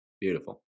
Beautiful